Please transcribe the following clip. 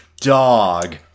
dog